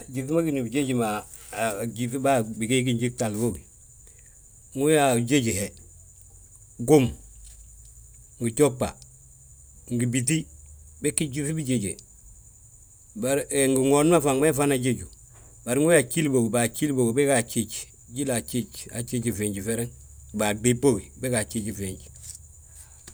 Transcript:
Gyíŧi ma gíni bijéji ma, a gyíŧi ma, bàa bigii ginji gtahli bógi, ndu uyaa ajéj he, gom, gijoɓa, ngi bíti, bégí gyíŧi bijéje, ngi ŋooni faŋ ma he fana jéju. Bari baa gjíli bógi, begaa jjéj, jílaa jjéj, ajéj fiinji fereŋ, bàa gdib bógi bégaa jjéji fiinj.